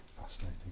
Fascinating